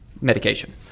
medication